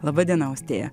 laba diena austėja